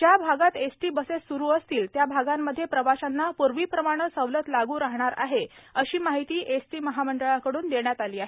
ज्या भागात ST buses सुरू असतील त्या आगांमध्ये प्रवाशांना पूर्वीप्रमाणे सवलत लागू राहणार आहेत अशी माहिती एसटी महामंडळाकड्न देण्यात आली आहे